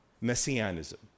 messianism